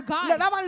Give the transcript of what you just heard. God